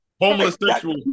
Homosexual